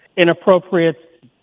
inappropriate